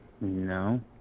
No